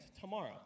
tomorrow